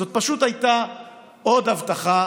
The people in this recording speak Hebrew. זאת פשוט הייתה עוד הבטחה